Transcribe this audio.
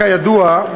כידוע,